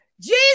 Jesus